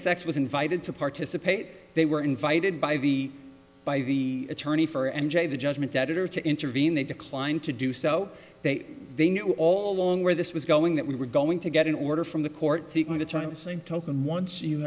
s x was invited to participate they were invited by the by the attorney for n j the judgment that it or to intervene they declined to do so they they knew all along where this was going that we were going to get an order from the court seeking to turn the same token once you